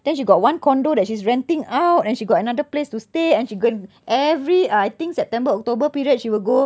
then she got one condo that she's renting out and she got another place to stay and she got every uh I think september october period she will go